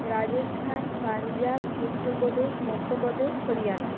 Rajasthan Punjab Uttar Pradesh Madhya Pradesh Haryana